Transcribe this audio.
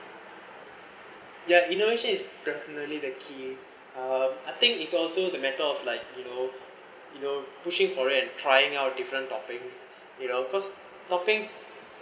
ya innovation is definitely the key ah I think is also the matter of like you know you know pushing for it and trying out different toppings you know cause toppings